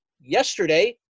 yesterday